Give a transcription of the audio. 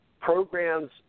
programs